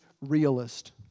realist